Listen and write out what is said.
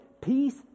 peace